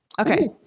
Okay